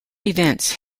events